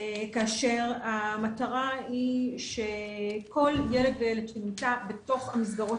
כאשר המטרה היא שכל ילד וילד שנמצא בתוך המסגרות